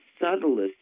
subtlest